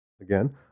again